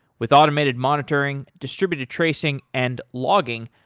with automated monitoring, distributed tracing and logging,